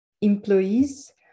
employees